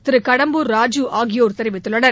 திரு கடம்பூர் ராஜூ ஆகியோர் தெரிவித்துள்ளனர்